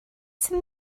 sydd